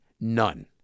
None